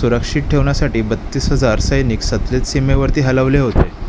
सुरक्षित ठेवण्यासाठी बत्तीस हजार सैनिक सतलज सीमेवरती हलवले होते